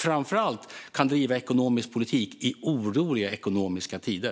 Framför allt kan regeringen då bedriva ekonomisk politik i oroliga ekonomiska tider.